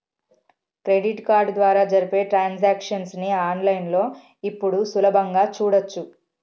credit card ద్వారా జరిపే transactions ని ఆన్ లైన్ లో ఇప్పుడు సులభంగా చూడచ్చు